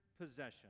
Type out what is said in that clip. possession